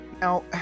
Now